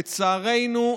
לצערנו,